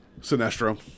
Sinestro